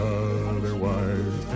otherwise